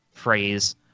phrase